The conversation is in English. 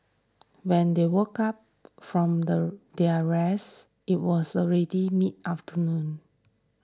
when they woke up from the their rest it was already mid afternoon